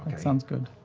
sounds good.